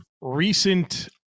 recent